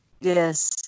Yes